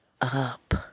up